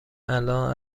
الان